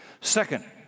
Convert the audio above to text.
Second